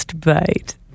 bite